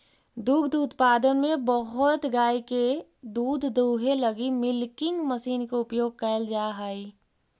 दुग्ध उत्पादन में बहुत गाय के दूध दूहे लगी मिल्किंग मशीन के उपयोग कैल जा हई